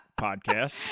podcast